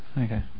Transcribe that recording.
Okay